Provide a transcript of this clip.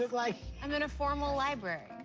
like, i'm in a formal library.